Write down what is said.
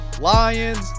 Lions